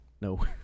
No